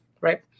right